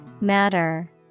Matter